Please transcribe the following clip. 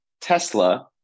Tesla